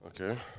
Okay